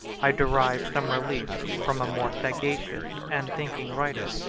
i derive some relief from a more sagacious and thinking writer,